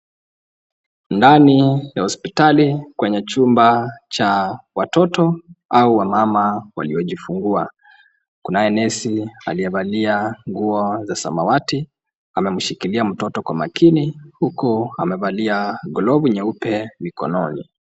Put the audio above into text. Ndani ya hospitali kwenye chumba cha watoto au wamama waliojifungua, kunaye nesi aliyevalia nguo za samawati ameshikilia mtoto kwa makini huku amevalia glovu nyeupe mikononi.